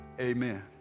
Amen